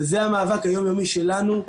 וזה המאבק היום-יומי שלנו.